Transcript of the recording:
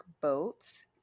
Boats